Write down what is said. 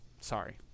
sorry